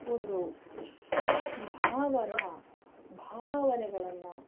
ಒಂದು ಭಾವನಾ ಭಾವನೆಗಳನ್ನು